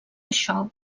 això